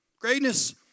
Greatness